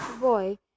boy